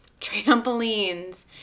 Trampolines